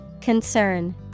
Concern